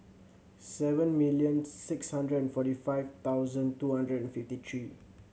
seven million six hundred and forty five thousand two hundred and fifty three